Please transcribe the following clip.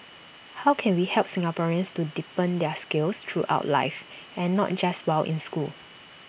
how can we help Singaporeans to deepen their skills throughout life and not just while in school